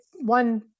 One